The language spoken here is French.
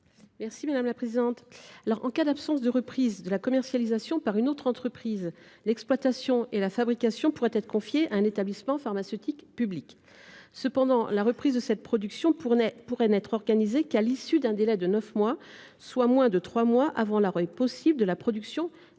est à Mme la rapporteure. En cas d’absence de reprise de la commercialisation par une autre entreprise, l’exploitation et la fabrication pourraient être confiées à un établissement pharmaceutique public. Cependant, la reprise de cette production pourrait n’être organisée qu’à l’issue d’un délai de neuf mois, soit moins de trois mois avant l’arrêt possible de la production par l’entreprise